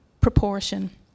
proportion